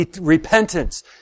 repentance